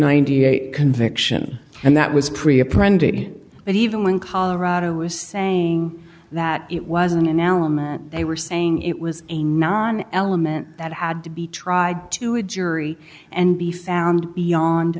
ninety eight conviction and that was pre apprentice but even when colorado was saying that it wasn't an element they were saying it was a non element that had to be tried to a jury and be found beyond